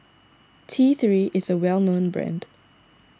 T three is a well known brand